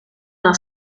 una